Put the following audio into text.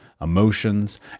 emotions